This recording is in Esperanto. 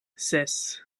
ses